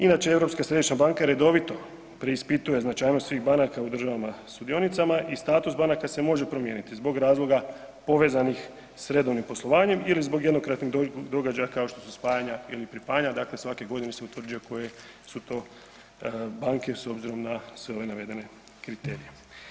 Inače, Europska središnja banka redovito preispituje značajnost svih banaka u državama sudionicama i status banaka se može promijeniti zbog razloga povezanih s redovnim poslovanjem ili zbog jednokratnih događaja kao što su spajanja ili pripajanja, dakle svake godine se utvrđuje koje su to banke s obzirom na sve ove navedene kriterije.